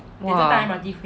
!wah!